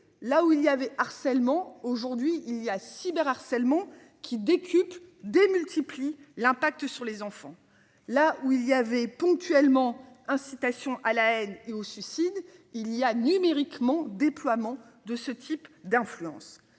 là où il y avait harcèlement. Aujourd'hui il y a cyberharcèlement. Qui décuple démultiplie l'impact sur les enfants là où il avait ponctuellement, incitation à la haine et au suicide. Il y a numériquement déploiement de ce type d'influence.